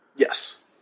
Yes